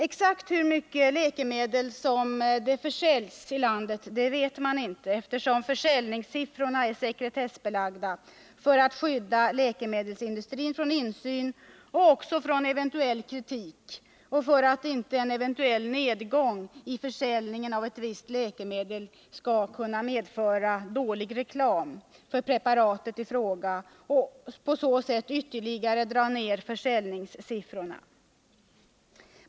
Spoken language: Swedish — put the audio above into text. Exakt hur mycket läkemedel som försäljs i landet vet man inte, eftersom försäljningssiffrorna är sekretessbelagda för att skydda läkemedelsindustrin från insyn och eventuell kritik samt för att inte en eventuell nedgång i försäljningen av ett visst läkemedel skall kunna medföra ”dålig reklam” för preparatet i fråga och på så sätt ytterligare dra ner försäljningssiffrorna.